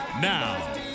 Now